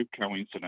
coincidence